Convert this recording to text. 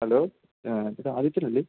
hello ഇത് ആദിത്യനല്ലേ